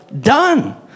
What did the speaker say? Done